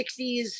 60s